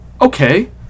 Okay